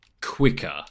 quicker